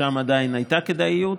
ששם עדיין הייתה כדאיות,